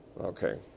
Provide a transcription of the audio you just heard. okay